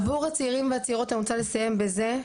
עבור הצעירים והצעירות, אני רוצה לסיים בזה,